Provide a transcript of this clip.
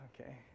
okay